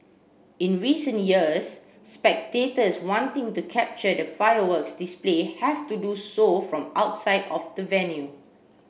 in recent years spectators wanting to capture the fireworks display have to do so from outside of the venue